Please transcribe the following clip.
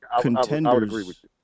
contenders